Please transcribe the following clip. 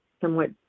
somewhat